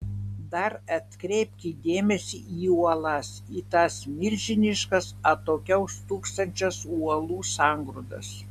dar atkreipkit dėmesį į uolas į tas milžiniškas atokiau stūksančias uolų sangrūdas